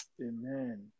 Amen